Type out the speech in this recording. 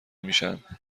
میشن